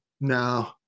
No